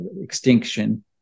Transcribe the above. extinction